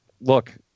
look